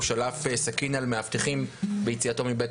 הוא שלף סכין על מאבטחים ביציאתו מבית